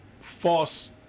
false